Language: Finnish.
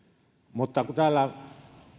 mutta kun täällä